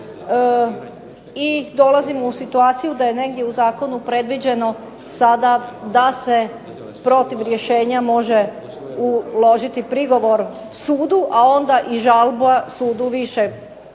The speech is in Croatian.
i dolazimo u situaciju da je negdje u zakonu predviđeno sada da se protiv rješenja može uložiti prigovor sudu, a onda i žalba sudu višeg